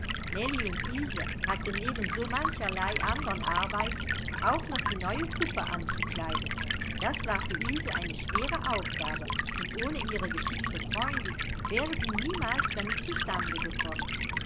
und ilse hatten neben so mancherlei andern arbeiten auch noch die neue puppe anzukleiden das war für ilse eine schwere aufgabe und ohne ihre geschickte freundin wäre sie niemals damit zu stande gekommen